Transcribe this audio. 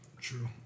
True